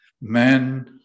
men